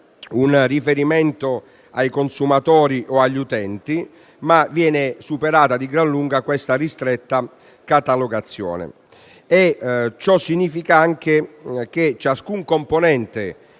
un riferimento ai consumatori o agli utenti, ma viene superata di gran lunga questa ristretta catalogazione. Ciò significa anche che ciascun componente